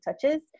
touches